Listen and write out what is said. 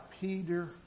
Peter